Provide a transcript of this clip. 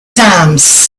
times